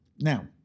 Now